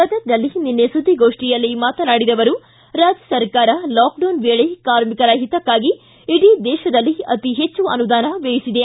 ಗದಗ್ನಲ್ಲಿ ನಿನ್ನೆ ಸುದ್ದಿಗೋಷ್ಠಿಯಲ್ಲಿ ಮಾತನಾಡಿದ ಅವರು ರಾಜ್ಯ ಸರ್ಕಾರ ಲಾಕ್ಡೌನ್ ವೇಳೆ ಕಾರ್ಮಿಕರ ಹಿತಕ್ಕಾಗಿ ಇಡೀ ದೇಶದಲ್ಲೇ ಅತೀ ಹೆಚ್ಚು ಅನುದಾನ ವ್ಯಯಿಸಿದೆ